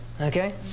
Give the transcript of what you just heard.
okay